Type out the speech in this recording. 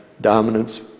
dominance